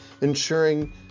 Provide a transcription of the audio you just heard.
ensuring